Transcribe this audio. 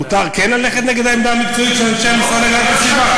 מותר כן ללכת נגד העמדה המקצועית של אנשי המשרד להגנת הסביבה?